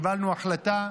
קיבלנו החלטה,